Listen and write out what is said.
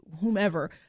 whomever